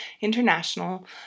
international